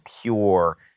pure